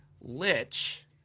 lich